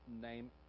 name